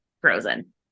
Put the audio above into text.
frozen